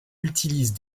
utilise